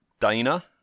Dana